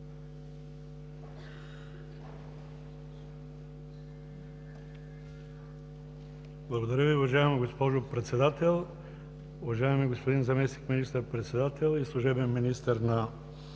Благодаря Ви. Уважаема госпожо Председател, уважаеми господин Заместник министър-председател и служебен министър на